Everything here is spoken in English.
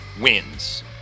wins